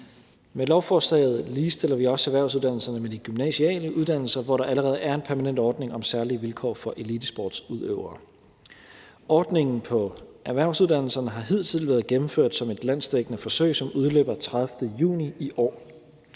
Med lovforslaget ligestiller vi også erhvervsuddannelserne med de gymnasiale uddannelser, hvor der allerede er en permanent ordning om særlige vilkår for elitesportsudøvere. Ordningen på erhvervsuddannelserne har hidtil været gennemført som et landsdækkende forsøg, som udløber den 30. juni i år.